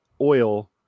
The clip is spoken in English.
oil